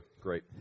great